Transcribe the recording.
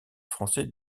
français